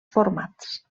formats